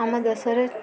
ଆମ ଦେଶରେ